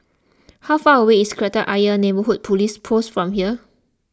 how far away is Kreta Ayer Neighbourhood Police Post from here